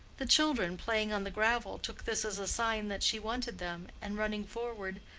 the children, playing on the gravel, took this as a sign that she wanted them, and, running forward,